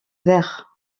verre